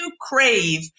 crave